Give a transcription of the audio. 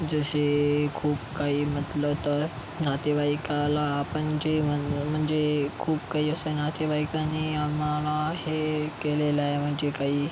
जसे खूप काही म्हटलं तर नातेवाईकाला आपण जे म्ह म्हणजे खूप काही असं नातेवाईकांनी आम्हाला हे केलेलं आहे म्हणजे काही